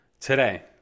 today